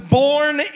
born